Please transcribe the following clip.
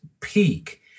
peak